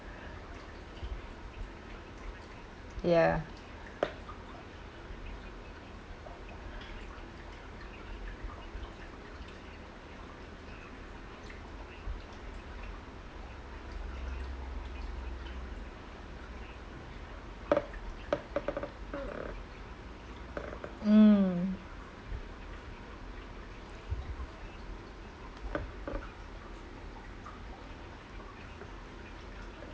ya mm